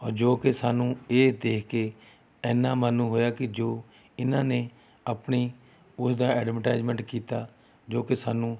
ਜੋ ਕਿ ਸਾਨੂੰ ਇਹ ਦੇਖ ਕੇ ਐਨਾ ਮਨ ਨੂੰ ਹੋਇਆ ਕਿ ਜੋ ਇਹਨਾਂ ਨੇ ਆਪਣੀ ਉਸ ਦਾ ਐਡਵਟਾਈਸਮੈਂਟ ਕੀਤਾ ਜੋ ਕਿ ਸਾਨੂੰ